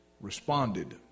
responded